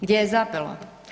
Gdje je zapelo?